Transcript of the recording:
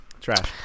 Trash